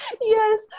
Yes